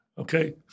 Okay